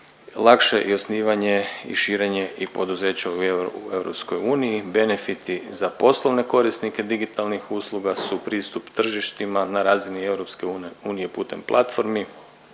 lakše i osnivanje i širenje i poduzeća u EU, benefiti za poslovne korisnike digitalnih usluga su pristup tržištima na razini EU putem platformi,